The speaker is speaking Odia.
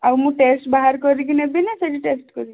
ଆଉ ମୁଁ ଟେଷ୍ଟ ବାହାର କରିକି ନେବି ନା ସେଠି ଟେଷ୍ଟ କରିବେ